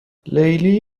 لیلی